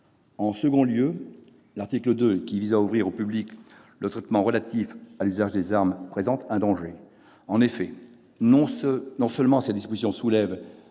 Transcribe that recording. En deuxième lieu, l'article 2, qui ouvre au public le traitement relatif à l'usage des armes, présente un danger. En effet, non seulement cette disposition soulève